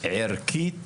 ערכית.